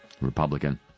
Republican